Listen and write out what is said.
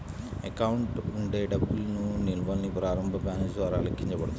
account ఉండే డబ్బు నిల్వల్ని ప్రారంభ బ్యాలెన్స్ ద్వారా లెక్కించబడతాయి